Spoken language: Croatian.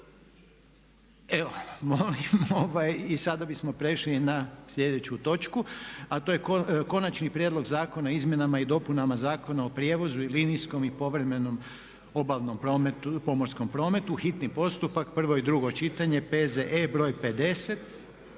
Evo i sada bismo prešli na slijedeću točku, a to je: - Konačni prijedlog Zakona o izmjenama i dopunama Zakona o prijevozu u linijskom i povremenom obalnom pomorskom prometu, hitni postupak, prvo i drugo čitanje, P.Z.E.BR.50.